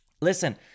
Listen